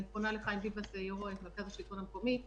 יו"ר מרכז השלטון המקומי,